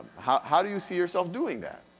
how how do you see yourself doing that?